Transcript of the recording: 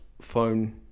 phone